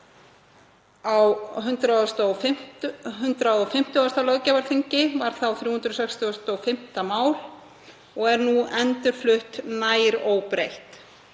á 150. löggjafarþingi, var þá 365. mál, og er nú endurflutt nær óbreytt